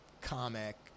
comic